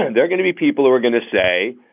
and there are going to be people who are going to say,